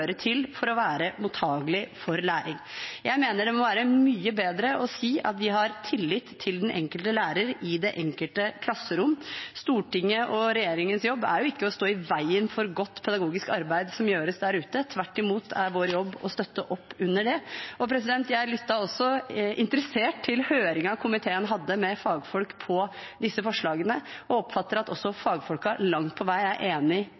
til og for å være mottakelige for læring. Jeg mener det må være mye bedre å si at vi har tillit til den enkelte lærer i det enkelte klasserom. Stortinget og regjeringens jobb er jo ikke å stå i veien for godt pedagogisk arbeid som gjøres der ute. Tvert imot er vår jobb å støtte opp under det. Jeg lyttet også interessert til høringen komiteen hadde med fagfolk om disse forslagene og oppfatter at også fagfolkene langt på vei er enig